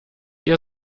ihr